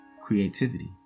creativity